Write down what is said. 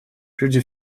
прежде